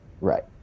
Right